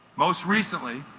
most recently